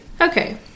Okay